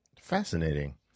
Fascinating